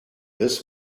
this